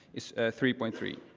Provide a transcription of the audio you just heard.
it's three point three.